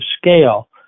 scale